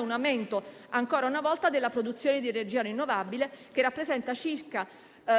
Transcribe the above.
un aumento peraltro, ancora una volta, della produzione di energia rinnovabile, che rappresenta circa